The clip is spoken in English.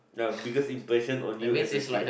uh biggest impression on you as a kid